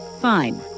Fine